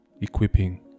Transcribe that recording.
equipping